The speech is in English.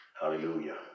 Hallelujah